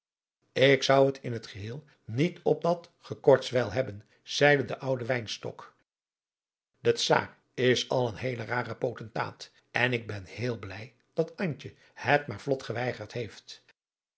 ik zou het in het geheel niet op dat gekortswijl hebben zeide de oude wynstok de czaar is al een heele rare potentaat en ik ben heel blij dat antje het maar vlot geweigerd heeft